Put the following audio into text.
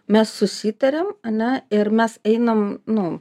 mes susitariam ane ir mes einam nu